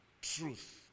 Truth